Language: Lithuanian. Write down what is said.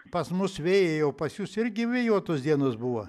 pas mus vėjai jau pas jus irgi vėjuotos dienos buvo